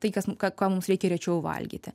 tai kas ką ką mums reikia rečiau valgyti